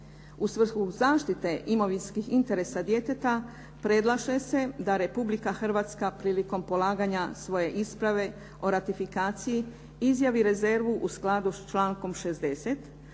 U svrhu zaštite imovinskih interesa djeteta predlaže se da Republika Hrvatska prilikom polaganja svoje isprave o ratifikaciji izjavi rezervu u skladu sa člankom 60.